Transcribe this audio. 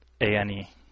A-N-E